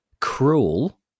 cruel